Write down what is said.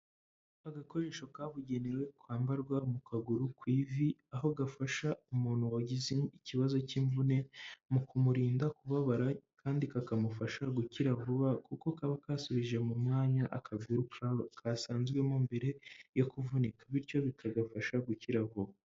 Agakoresho kabugenewe kwambarwa mu kaguru ku ivi aho gafasha umuntu wagize ikibazo cy'imvune mu kumurinda kubabara kandi kakamufasha gukira vuba kuko kaba kasubije mu mwanya akaguru kasanzwemo mbere yo kuvunika bityo bikagafasha gukira vuba.